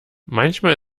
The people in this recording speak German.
manchmal